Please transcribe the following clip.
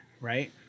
right